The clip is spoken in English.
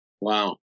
Wow